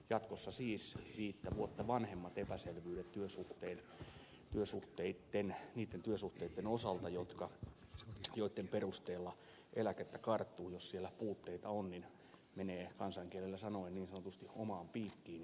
jatkossa siis jos on viittä vuotta vanhempia epäselvyyksiä niitten työsuhteitten osalta joitten perusteella eläkettä karttuu ja jos siellä puutteita on niin menee kansankielellä sanoen niin sanotusti omaan piikkiin